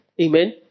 amen